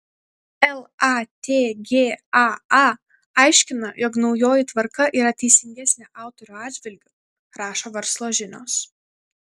latga a aiškina jog naujoji tvarka yra teisingesnė autorių atžvilgiu rašo verslo žinios